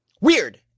Weird